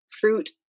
fruit